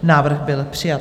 Návrh byl přijat.